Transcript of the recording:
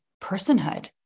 personhood